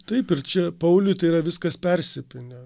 taip ir čia pauliui tai yra viskas persipynę